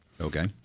Okay